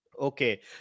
Okay